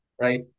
Right